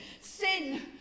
Sin